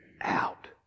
out